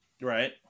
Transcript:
Right